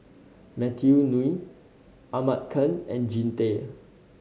Matthew Ngui Ahmad Khan and Jean Tay